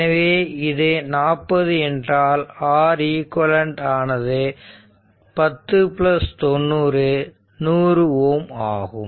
எனவே இது 40 என்றால் R eq ஈக்விவலெண்ட் ஆனது 10 90 100 Ω ஆகும்